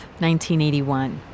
1981